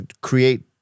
create